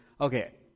okay